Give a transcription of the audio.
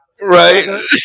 Right